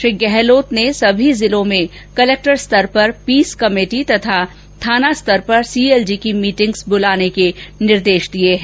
श्री गहलोत नेसभी जिलों में कलेक्टर स्तर पर पीस कमेटी तथा थाना स्तर पर सीएलजी की मीटिंग्स ब्रलाने के निर्देश दिये हैं